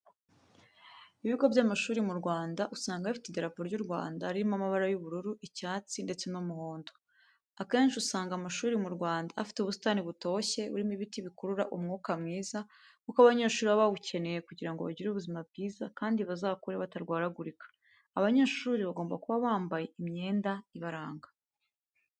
Ibigo by'amashuri mu Rwanda usanga bifite idarapo ry'u Rwanda ririmo amabara y'ubururu, icyatsi, ndetse n'umuhondo. Akenshi usanga amashuri mu Rwanda afite ubusitani butoshye burimo ibiti bikurura umwuka mwiza kuko abanyeshuri baba bawukeneye kugira ngo bagire ubuzima bwiza kandi bazakure batarwaragurika. Abanyeshuri bagomba kuba bampaye imyenda ibaranga.